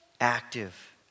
active